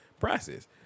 process